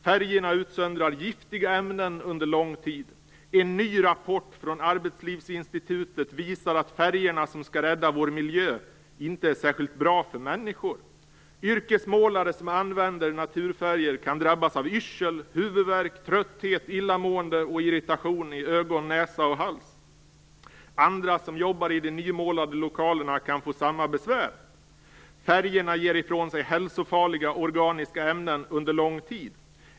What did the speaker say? Färgerna utsöndrar giftiga ämnen under lång tid. En ny rapport från Arbetslivsinstitutet visar att färgerna som ska rädda vår miljö inte är särskilt bra för människor. Yrkesmålare som använder naturfärger kan drabbas av yrsel, huvudvärk, trötthet, illamående och irritation i ögon, näsa och hals. Andra som jobbar i de nymålade lokalerna kan få samma besvär. Färgerna ger ifrån sig hälsofarliga organiska ämnen under lång tid.